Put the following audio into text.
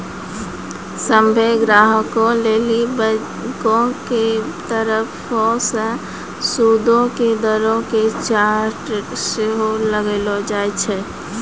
सभ्भे ग्राहको लेली बैंको के तरफो से सूदो के दरो के चार्ट सेहो लगैलो जाय छै